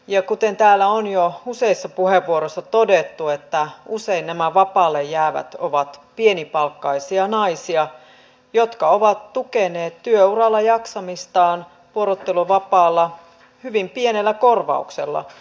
ja kuten täällä on jo useissa puheenvuoroissa todettu usein nämä vapaalle jäävät ovat pienipalkkaisia naisia jotka ovat tukeneet työuralla jaksamistaan vuorotteluvapaalla hyvin pienellä korvauksella